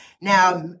Now